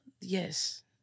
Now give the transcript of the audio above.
Yes